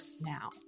now